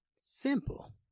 Simple